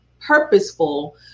purposeful